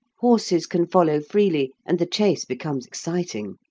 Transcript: horses can follow freely, and the chase becomes exciting.